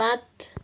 पाँच